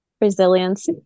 resilience